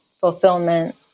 fulfillment